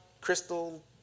Crystal